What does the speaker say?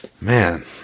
Man